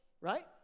Right